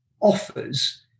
offers